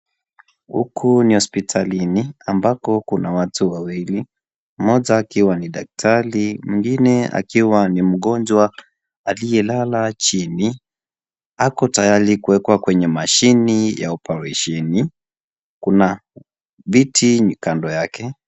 Huku ni hospitalini ambako kuna watu wawili ,mmoja akiwa ni daktari mwingine akiwa ni mgonjwa aliyelala chini, ako tayari kuekwa kwenye mashine ya oparesheni. Kuna viti Kando yake.